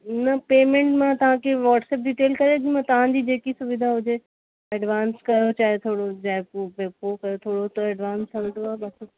न पेमेंट मां तव्हांखे वाट्सअप डिटेल करे रखां तव्हांजी जेकी सुविधा हुजे एडवांस करणु चाहियो थोरो चाहे पोइ कयो थोरो त एडवांस हलंदो